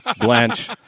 Blanche